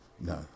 no